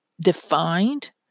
defined